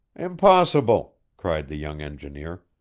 impossible! cried the young engineer.